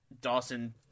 Dawson